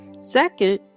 Second